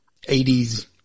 80s